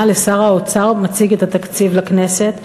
לשר האוצר המציג את התקציב לכנסת.